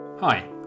Hi